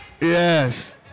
Yes